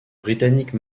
britanniques